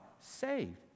saved